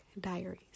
Diaries